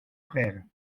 frères